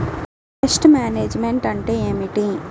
Pest management అంటే ఏమిటి?